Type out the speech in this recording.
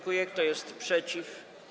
Kto jest przeciw?